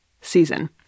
season